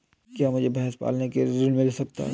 क्या मुझे भैंस पालने के लिए ऋण मिल सकता है?